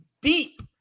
deep